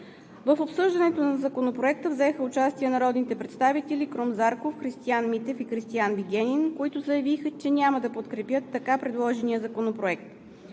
В обсъждането на Законопроекта взеха участие народните представители Крум Зарков, Христиан Митев и Кристиан Вигенин, които заявиха, че няма да подкрепят така предложения Законопроект.